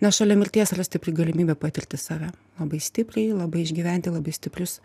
nes šalia mirties yra stipri galimybė patirti save labai stipriai labai išgyventi labai stiprius